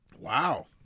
Wow